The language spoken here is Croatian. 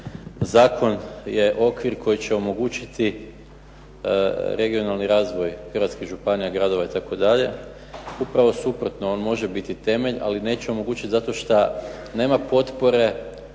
Zakon je okvir koji će omogućiti regionalni razvoj hrvatskih gradova, županija itd., upravo suprotno on može biti temelj ali neće omogućiti zato što nema potpore